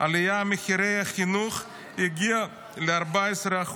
עליית מחירי החינוך הגיעה ל-14%.